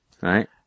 Right